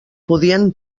podien